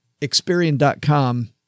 Experian.com